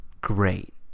great